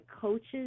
coaches